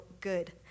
good